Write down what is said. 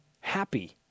happy